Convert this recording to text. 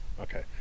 Okay